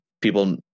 people